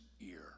ear